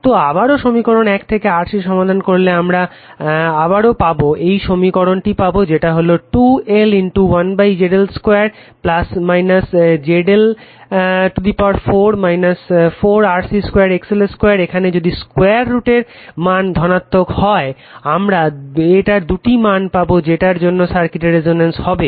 তো আবারও সমীকরণ 1 থেকে RC সমাধান করলে আমারা আরও একটি সমীকরণ পাবো যেটা হলো 2L 1ZL 2 ZL 4 4 RC 2 XL 2 এখানে যদি স্কোয়ার রুটের মান ধনাত্মক হয় আমরা এটার দুটি মান পাবো যেটার জন্য সার্কিটে রেসনেন্স হবে